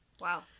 Wow